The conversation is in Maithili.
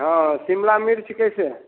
हँ शिमला मिर्च कैसे है